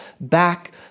back